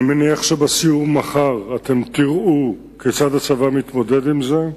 אני מניח שבסיור מחר אתם תראו כיצד הצבא מתמודד עם זה.